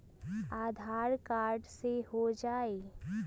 आधार card से हो जाइ?